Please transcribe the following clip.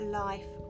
life